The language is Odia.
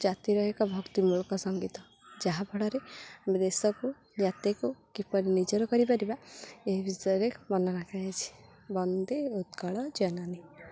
ଜାତିର ଏକ ଭକ୍ତିମୂଳକ ସଙ୍ଗୀତ ଯାହାଫଳରେ ଆମେ ଦେଶକୁ ଜାତିକୁ କିପରି ନିଜର କରିପାରିବା ଏହି ବିଷୟରେ ମନେ ରଖାଯାଇଛି ବନ୍ଦେ ଉତ୍କଳ ଜନନୀ